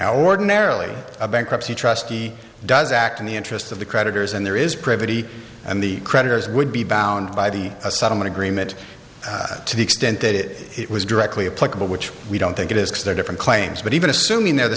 ordinarily a bankruptcy trustee does act in the interest of the creditors and there is pretty and the creditors would be bound by the a settlement agreement to the extent that it it was directly applicable which we don't think it is because they're different claims but even assuming they're the